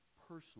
personally